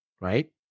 right